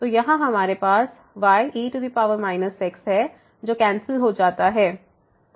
तो यहाँ हमारे पास y e x है जो कैंसिल हो जाता है